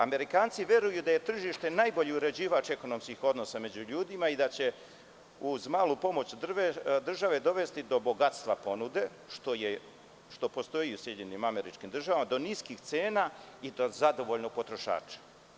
Amerikanci veruju da je tržište najbolji uređivač ekonomskih odnosa među ljudima i da će uz malu pomoć države dovesti do bogatstva ponude, što postoji u SAD, do niskih cena i do zadovoljnog potrošača.